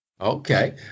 Okay